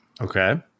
Okay